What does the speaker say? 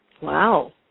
Wow